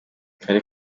kale